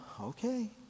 okay